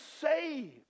saved